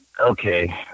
Okay